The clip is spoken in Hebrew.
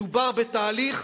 מדובר בתהליך,